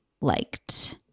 liked